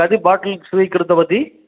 कति बोटल् स्वीकृतवती